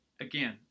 again